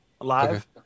live